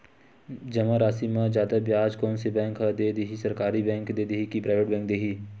जमा राशि म जादा ब्याज कोन से बैंक ह दे ही, सरकारी बैंक दे हि कि प्राइवेट बैंक देहि?